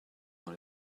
dans